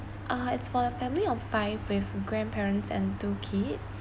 uh it's for a family of five with grandparents and two kids